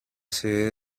sede